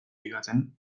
ligatzen